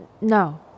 no